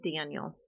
Daniel